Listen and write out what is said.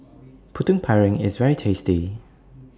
Putu Piring IS very tasty